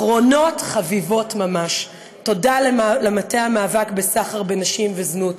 אחרונות-חביבות ממש: תודה למטה המאבק בסחר בנשים ובזנות,